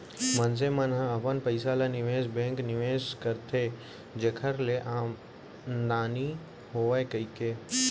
मनसे मन ह अपन पइसा ल निवेस बेंक निवेस करथे जेखर ले आमदानी होवय कहिके